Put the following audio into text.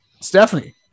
Stephanie